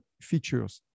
features